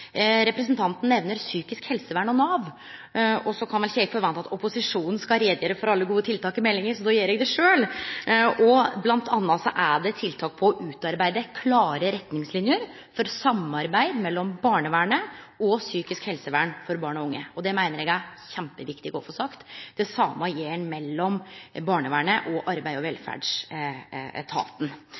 Representanten nemner psykisk helsevern og Nav. Eg kan vel ikkje vente at opposisjonen skal gjere greie for alle gode tiltak i meldinga, så derfor gjer eg det sjølv. Blant anna er det tiltak om å utarbeide klare retningslinjer for samarbeid mellom barnevernet og psykisk helsevern for barn og unge – det meiner eg det er kjempeviktig å få sagt – og ein gjer det same mellom barnevernet og Arbeids- og